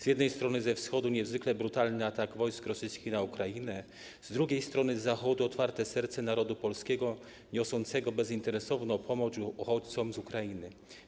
Z jednej strony ze wschodu niezwykle brutalny atak wojsk rosyjskich na Ukrainę, z drugiej strony z zachodu otwarte serce narodu polskiego niosącego bezinteresowną pomoc uchodźcom z Ukrainy.